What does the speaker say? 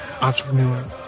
entrepreneur